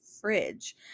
fridge